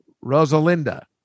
Rosalinda